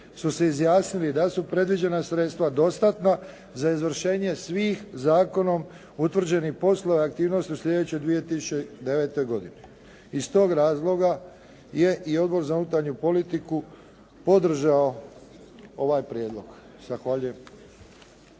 su se izjasnili da su predviđena sredstava dostatna za izvršenje svih zakonom utvrđenih poslova i aktivnosti u sljedećoj 2009. godini. Iz tog razloga je i Odbor za unutarnju politiku podržao ovaj prijedlog. Zahvaljujem.